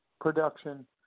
production